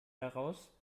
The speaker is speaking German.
daraus